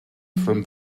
from